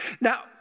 Now